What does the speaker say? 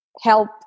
help